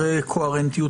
קוהרנטיות.